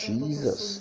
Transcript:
Jesus